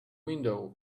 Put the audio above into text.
window